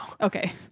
Okay